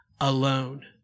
Alone